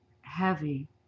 heavy